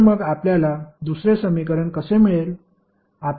तर मग आपल्याला दुसरे समीकरण कसे मिळेल